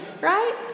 right